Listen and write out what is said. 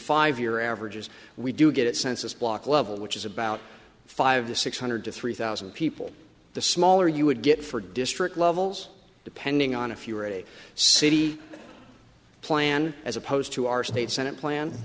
five year averages we do get census block level which is about five to six hundred to three thousand people the smaller you would get for district levels depending on if you are a city plan as opposed to our state senate plan